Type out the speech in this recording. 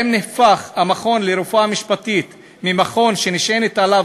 האם נהפך המכון לרפואה משפטית ממכון שנשענת עליו